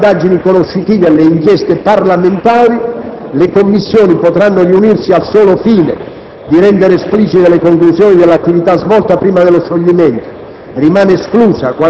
Per quanto riguarda le indagini conoscitive e le inchieste parlamentari, le Commissioni potranno riunirsi al solo fine di rendere esplicite le conclusioni dell'attività svolta prima dello scioglimento.